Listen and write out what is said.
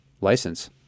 license